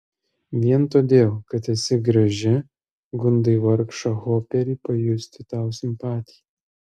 vien todėl kad esi graži gundai vargšą hoperį pajusti tau simpatiją